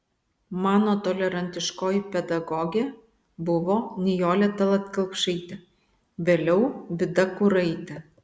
mano tolerantiškoji pedagogė buvo nijolė tallat kelpšaitė vėliau vida kuraitė